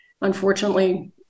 unfortunately